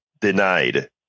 denied